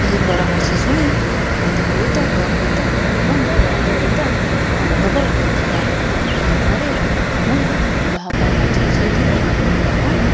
ଏହି ପରାମର୍ଶ ଶୁଣି ମୋତେ ବହୁତ ଗର୍ବିତ ଏବଂ ଆନନ୍ଦିତ ଅନୁଭବ ହୋଇଥିଲା ଏହା ପରେ ମୁଁ ବିବାହ ପାଇଁ ରାଜି ହୋଇଯାଇଥିଲି ଏବଂ